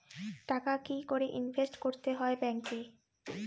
টাকা কি করে ইনভেস্ট করতে হয় ব্যাংক এ?